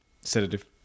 Sedative